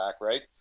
right